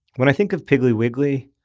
when i think of piggly wiggly,